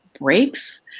breaks